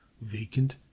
vacant